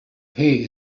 pay